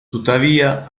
tuttavia